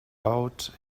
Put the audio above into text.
out